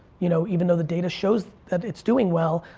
you know even though the data shows that it's doing well,